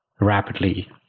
rapidly